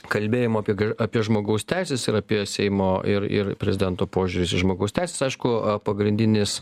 kalbėjimo apie apie žmogaus teises ir apie seimo ir ir prezidento požiūris į žmogaus teises aišku pagrindinis